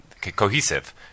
cohesive